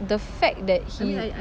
the fact that he